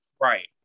right